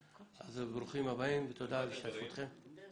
ברוכים הבאים ותודה על השתתפותכם.